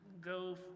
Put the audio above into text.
go